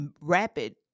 rapid